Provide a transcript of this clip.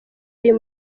uyu